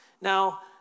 Now